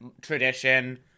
tradition